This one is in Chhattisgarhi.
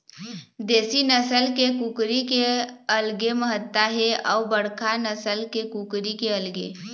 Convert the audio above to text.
देशी नसल के कुकरी के अलगे महत्ता हे अउ बड़का नसल के कुकरी के अलगे